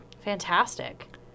Fantastic